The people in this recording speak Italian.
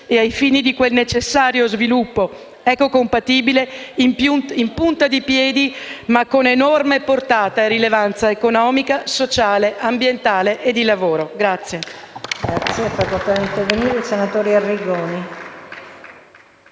e ai fini di quel necessario sviluppo compatibile, in punta di piedi, ma con enorme portata e rilevanza economica, sociale, ambientale e di lavoro. (Ap-